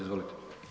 Izvolite.